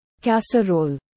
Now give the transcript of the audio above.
casserole